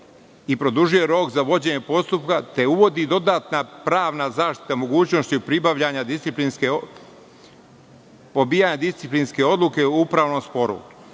i produžuje rok za vođenje postupka, te uvodi dodatna pravna zaštita mogućnosti pribavljanja, odbijanja disciplinske odluke u upravnom